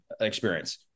experience